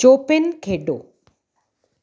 Chopin ਖੇਡੋ